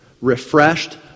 refreshed